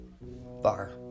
bar